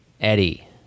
Eddie